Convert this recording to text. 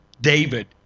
David